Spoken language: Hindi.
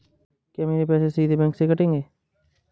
क्या मेरे पैसे सीधे बैंक से कटेंगे?